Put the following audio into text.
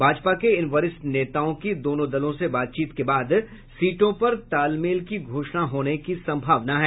भाजपा के इन वरिष्ठ नेताओं की दोनों दलों से बातचीत के बाद सीटों पर तालमेल की घोषणा होने की संभावना है